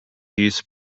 use